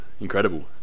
incredible